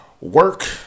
work